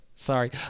Sorry